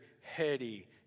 heady